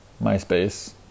myspace